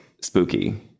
spooky